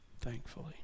Thankfully